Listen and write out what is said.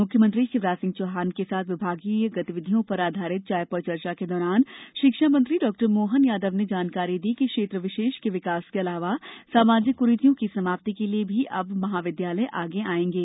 मुख्यमंत्री शिवराज सिंह चौहान के साथ विभागीय गतिविधियों पर आधारित चाय पर चर्चा के दौरान शिक्षा मंत्री डा मोहन यादव ने जानकारी दी कि क्षेत्र विशेष के विकास के अलावा सामाजिक क्रीतियों की समाप्ति के लिए भी अब महाविद्यालय आगे आएंगे